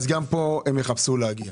הם גם יבקשו להגיע.